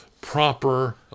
proper